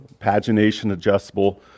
pagination-adjustable